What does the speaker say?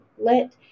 let